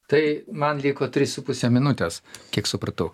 tai man liko trys su puse minutės kiek supratau